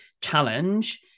challenge